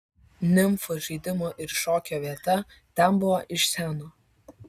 nimfų žaidimo ir šokio vieta ten buvo iš seno